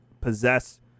possess